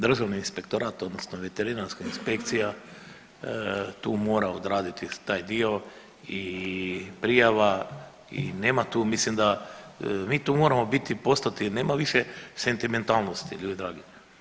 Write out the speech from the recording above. Državni inspektorat, odnosno veterinarska inspekcija tu mora odraditi taj dio i prijava i nema tu, mislim da mi tu moramo biti, postati, nema više sentimentalnosti, ljudi dragi.